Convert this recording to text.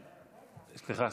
סליחה,